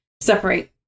separate